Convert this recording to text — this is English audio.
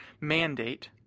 mandate